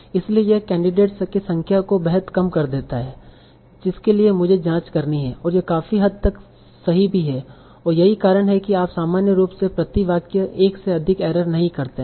इसलिए यह कैंडिडेट्स की संख्या को बेहद कम कर देता है जिसके लिए मुझे जाँच करनी है और यह काफी हद तक सही भी है और यही कारण है कि आप सामान्य रूप से प्रति वाक्य एक से अधिक एरर नहीं करते हैं